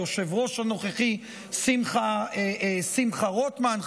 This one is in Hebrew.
היושב-ראש הנוכחי שמחה רוטמן,